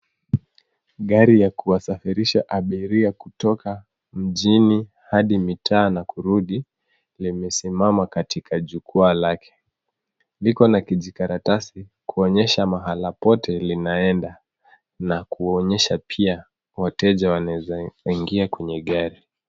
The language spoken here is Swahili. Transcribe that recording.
Gari ya kuwasafirisha abiria kutoka mjini hadi mitaa na kurudi limesimama katika jukwaa lake. Liko na kijikaratasi kuonyesha mahala pote linaenda na kuonyesha pia wateja wanaweza ingia kwenye gari.